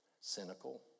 Cynical